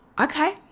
Okay